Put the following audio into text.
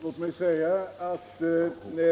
Herr talman!